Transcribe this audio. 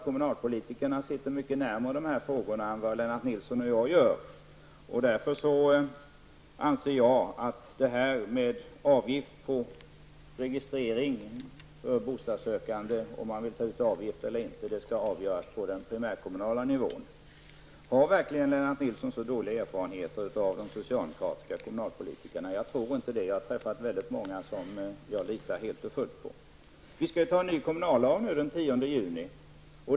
Kommunalpolitikerna sitter mycket närmre dessa frågor än vad Lennart Nilsson och jag gör. Jag anser därför att det skall avgöras på den primärkommunala nivån om man vill ta ut avgift för registrering av bostadssökande. Har verkligen Lennart Nilsson så dåliga erfarenheter av de socialdemokratiska kommunalpolitikerna? Jag tror inte det. Jag har träffat många kommunalpolitiker som jag litar på helt och fullt. Vi skall ju fatta beslut om en ny kommunallag den 10 juni.